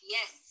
Yes